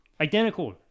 identical